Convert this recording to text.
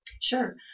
Sure